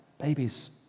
babies